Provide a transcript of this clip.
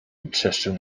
wytrzeszczył